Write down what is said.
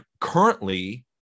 currently